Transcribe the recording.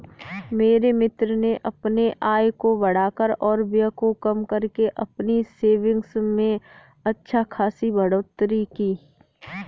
मेरे मित्र ने अपने आय को बढ़ाकर और व्यय को कम करके अपनी सेविंग्स में अच्छा खासी बढ़ोत्तरी की